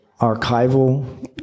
archival